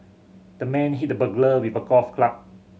the man hit the burglar with a golf club